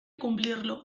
cumplirlo